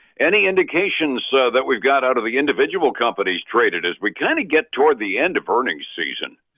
any indications that we've got out of the individual companies traded as we kind of get toward the end of earnings season?